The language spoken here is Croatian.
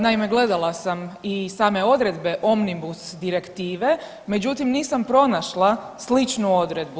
Naime, gledala sam i same odredbe Omnibus direktive, međutim nisam pronašla sličnu odredbu.